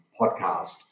podcast